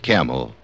Camel